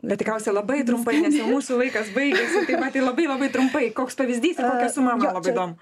bet tikriausia labai trumpai nes jau mūsų laikas baigiasi tai va tai labai labai trumpai koks pavyzdys ir kokia suma man labai įdomu